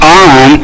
on